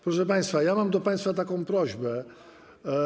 Proszę państwa, mam do państwa taką prośbę.